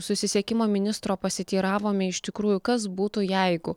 susisiekimo ministro pasiteiravome iš tikrųjų kas būtų jeigu